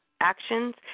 actions